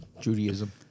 Judaism